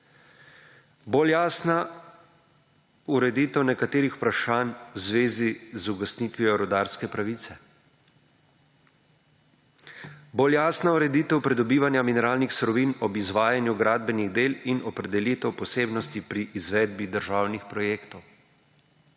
Bolj jasna ureditev nekaterih vprašanj v zvezi z ugasnitvijo rudarske pravice. Bolj jasna ureditev pridobivanja mineralnih surovin ob izvajanju gradbenih del in opredelitev posebnosti pri izvedbi državnih projektov.